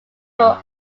were